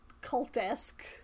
cult-esque